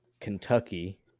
Kentucky